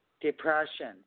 depression